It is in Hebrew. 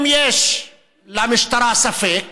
אם יש למשטרה ספק